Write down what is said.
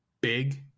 Big